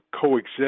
coexist